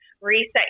reset